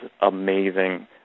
amazing